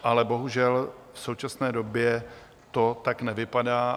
Ale bohužel v současné době to tak nevypadá.